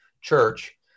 church